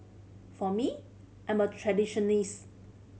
for me I am a traditionalist